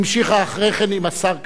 המשיכה אחרי כן עם השר כחלון,